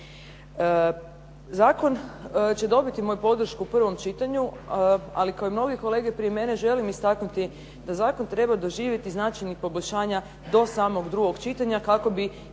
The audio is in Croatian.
Zakon će dobiti moju podršku u prvom čitanju, ali kao i mnogi kolege prije mene želim istaknuti da zakon treba doživjeti značajnih poboljšanja do samog drugog čitanja kako bi